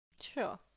Sure